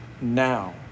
now